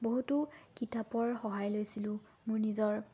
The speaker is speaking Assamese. বহুতো কিতাপৰ সহায় লৈছিলোঁ মোৰ নিজৰ